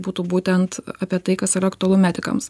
būtų būtent apie tai kas yra aktualu medikams